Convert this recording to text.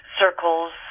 circles